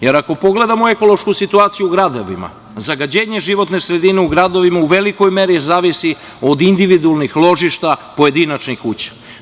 Jer, ako pogledamo ekološku situaciju u gradovima, zagađenje životne sredine u gradovima u velikoj meri zavisi od individualnih ložišta pojedinačnih kuća.